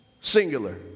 Singular